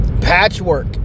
patchwork